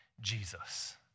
Jesus